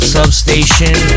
Substation